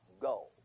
go